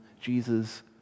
Jesus